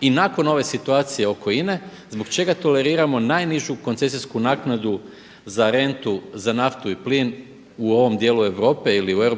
i nakon ove situacije oko INA-e, zbog čega toleriramo najnižu koncesijsku naknadu za rentu, za naftu i plin u ovom dijelu Europe ili u EU